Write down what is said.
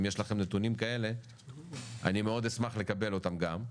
אם יש לכם נתונים כאלה אני מאוד אשמח לקבל אותם גם.